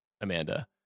Amanda